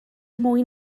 mwy